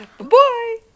Bye